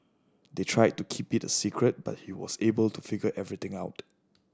they tried to keep it a secret but he was able to figure everything out